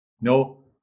no